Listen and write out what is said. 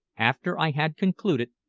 after i had concluded,